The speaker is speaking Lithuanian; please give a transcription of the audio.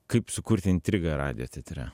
kaip sukurti intrigą radijo teatre